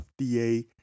FDA